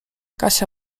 kasia